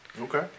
Okay